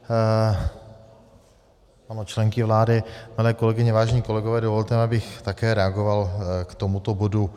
Ano, členky vlády, paní kolegyně, vážení kolegové, dovolte, abych také reagoval k tomuto bodu.